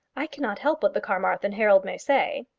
i cannot help what the carmarthen herald may say.